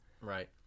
right